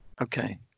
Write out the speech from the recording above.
Okay